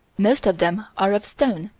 most of them are of stone,